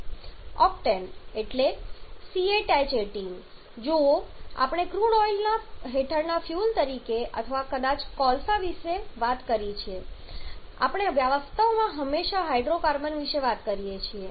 octane એટલે C8H18 જુઓ કે આપણે ક્રૂડ ઓઇલ હેઠળના ફ્યુઅલ તરીકે અથવા કદાચ કોલસો વગેરે વિશે વાત કરીએ છીએ આપણે વાસ્તવમાં હંમેશા હાઇડ્રોકાર્બન વિશે વાત કરીએ છીએ